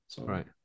Right